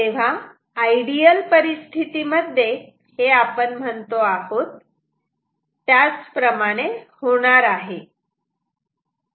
तेव्हा आयडियल परिस्थितीमध्ये हे आपण म्हणतो आहे त्याप्रमाणेच होणार आहे